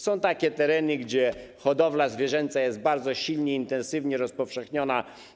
Są takie tereny, na których hodowla zwierzęca jest bardzo silnie, intensywnie rozpowszechniona.